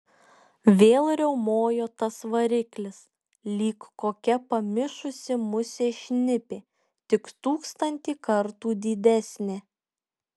vėl riaumojo tas variklis lyg kokia pamišusi musė šnipė tik tūkstantį kartų didesnė